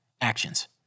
Actions